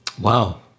wow